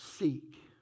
seek